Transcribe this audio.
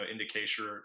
indication